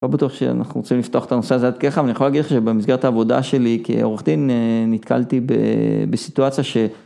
לא בטוח שאנחנו רוצים לפתוח את הנושא הזה עד ככה אבל אני יכול להגיד לך שבמסגרת העבודה שלי כעורך דין נתקלתי בסיטואציה ש...